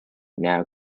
now